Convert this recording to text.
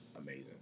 amazing